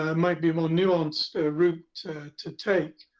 ah might be a more nuanced route to take.